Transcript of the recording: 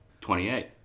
Twenty-eight